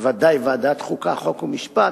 ובוודאי ועדת החוקה, חוק ומשפט,